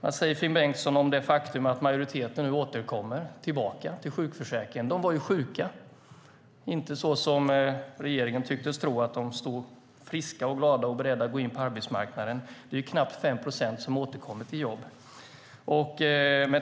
Vad säger Finn Bengtsson om det faktum att majoriteten nu kommer tillbaka till sjukförsäkringen? De var ju sjuka. Det var inte så som regeringen tycktes tro, att de stod friska och glada och beredda att gå in på arbetsmarknaden. Det är ju knappt 5 procent som återkommer till jobb.